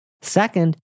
Second